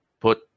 Put